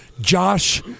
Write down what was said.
Josh